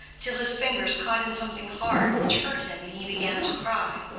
till his fingers caught in something hard, which hurt him, and he began to cry.